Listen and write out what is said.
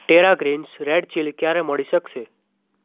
Terra Greens red chilli ક્યારે મળી શકશે